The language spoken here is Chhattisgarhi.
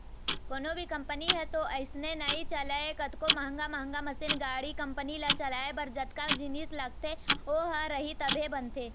कोनो भी कंपनी ह तो अइसने नइ चलय कतको महंगा महंगा मसीन, गाड़ी, कंपनी ल चलाए बर जतका जिनिस लगथे ओ ह रही तभे बनथे